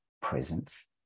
presence